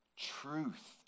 Truth